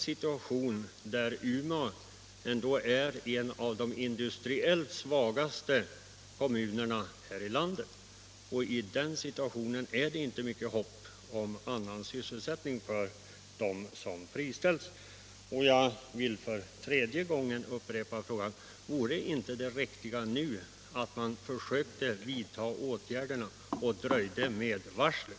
Situationen är den att Umeå är en av de industriellt svagaste kommunerna i landet, och då är det sannerligen inte stort hopp om annan sysselsättning för dem som friställs där. Slutligen vill jag för tredje gången upprepa min fråga: Vore inte det riktiga nu att man försökte vidta åtgärder och dröjde med varslet?